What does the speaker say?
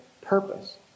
purpose